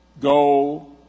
Go